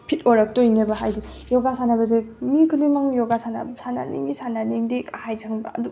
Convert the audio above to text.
fit ꯑꯣꯏꯔꯛꯇꯣꯏꯅꯦꯕ ꯍꯥꯏꯗꯤ ꯌꯣꯒꯥ ꯁꯥꯟꯅꯕꯁꯦ ꯃꯤ ꯈꯨꯗꯤꯡꯃꯛꯅ ꯌꯣꯒꯥ ꯁꯥꯟꯅꯅꯤꯡꯉꯤ ꯁꯥꯟꯅꯅꯤꯡꯗꯦꯒ ꯍꯥꯏꯁꯦ ꯈꯪꯕ꯭ꯔꯥ ꯑꯗꯨ